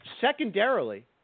secondarily